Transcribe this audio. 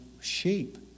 sheep